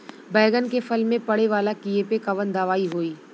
बैगन के फल में पड़े वाला कियेपे कवन दवाई होई?